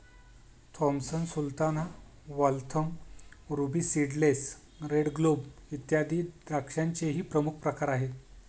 Thompson sultana, Waltham, ruby seedless, red globe, इत्यादी द्राक्षांचेही प्रमुख प्रकार आहेत